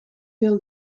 veel